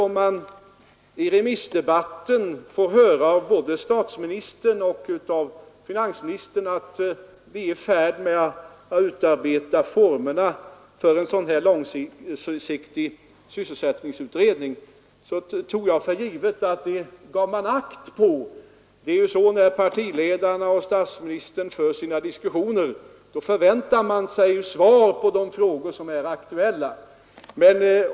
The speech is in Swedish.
När man i remissdebatten fick höra från både statsministern och finansministern att vi är i färd med att utarbeta formerna för en långsiktig sysselsättningsutredning tog jag för givet att man gav akt på det. Det är ju så att när partiledarna och statsministern för sina diskussioner kan man förvänta sig svar på de frågor som är aktuella, och det menade jag att man här fått.